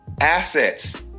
Assets